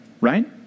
Right